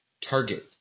target